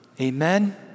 Amen